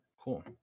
Cool